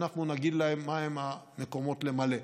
אנחנו נגיד להם מהם המקומות למלא.